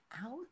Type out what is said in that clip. out